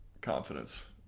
confidence